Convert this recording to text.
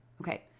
Okay